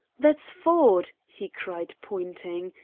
that's ford! he cried, pointing.